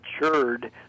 matured